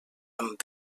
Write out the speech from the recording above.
amb